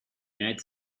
united